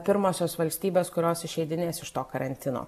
pirmosios valstybės kurios išeidinės iš to karantino